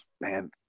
man